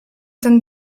ten